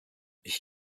ich